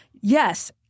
yes